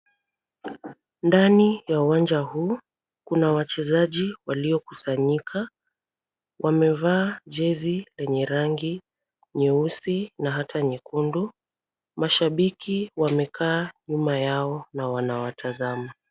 Ndani ya uwanja huu kuna wachezaji waliokusanyika. Wamevaa jezi lenye rangi nyeusi na hata nyekundu. Mashabiki wamekaa nyuma yao na wanawatazama.